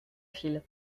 fil